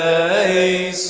a